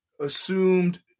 assumed